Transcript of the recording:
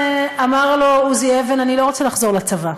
ואמר לו עוזי אבן: אני לא רוצה לחזור לצבא,